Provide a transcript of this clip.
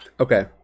Okay